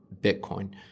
Bitcoin